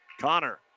Connor